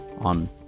on